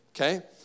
okay